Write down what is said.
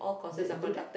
they do they